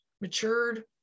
matured